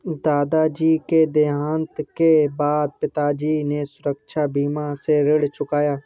दादाजी के देहांत के बाद पिताजी ने सुरक्षा बीमा से ऋण चुकाया